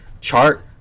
Chart